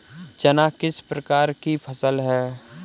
चना किस प्रकार की फसल है?